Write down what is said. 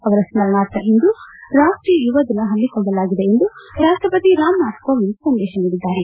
ಅವರ ಸ್ಮರಣಾರ್ಥ ಇಂದು ರಾಷ್ಷೀಯ ಯುವ ದಿನ ಹಮ್ಮಿಕೊಳ್ಳಲಾಗಿದೆ ಎಂದು ರಾಷ್ಷವತಿ ರಾಮನಾಥ್ ಕೋವಿಂದ್ ಸಂದೇಶ ನೀಡಿದ್ದಾರೆ